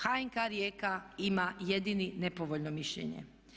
HNK Rijeka ima jedini nepovoljno mišljenje.